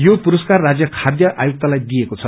यो पुरस्कार राज्य खाध्य आयुक्तलाई दिइएको छ